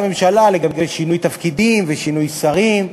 הממשלה לגבי שינוי תפקידים ושינוי שרים.